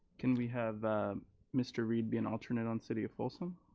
can we have mr. reid be an alternate on city of folsom?